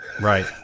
Right